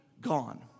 gone